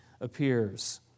appears